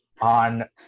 on